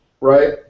right